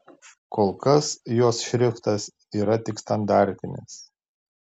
kol kas jos šriftas yra tik standartinis